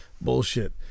bullshit